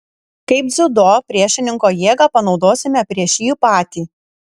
kaip dziudo priešininko jėgą panaudosime prieš jį patį